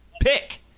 pick